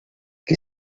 qui